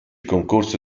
concorso